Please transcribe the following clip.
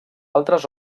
altres